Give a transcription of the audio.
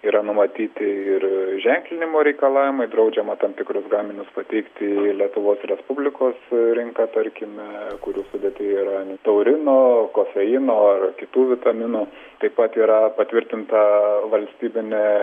yra numatyti ir ženklinimo reikalavimai draudžiama tam tikrus gaminius pateikti į lietuvos respublikos rinką tarkime kurių sudėtyje yra taurino kofeino ar kitų vitaminų taip pat yra patvirtinta valstybinė